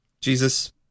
Jesus